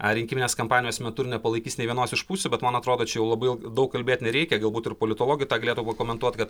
ar rinkiminės kampanijos metu ir nepalaikys nė vienos iš pusių bet man atrodo čia jau labai ilg daug kalbėt nereikia galbūt ir politologai tą galėtų pakomentuot kad